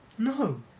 No